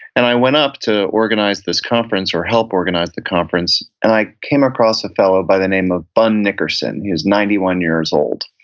and i went up to organize this conference, or help organize the conference, and i came across a fellow by the name of bun nickerson. he was ninety one years old.